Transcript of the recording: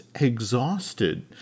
exhausted